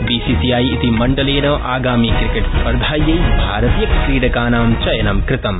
BCCI ति मण्डलेन आगामीक्रिकेटस्पर्धायै भारतीयक्रीडकानां चयनं कृतम्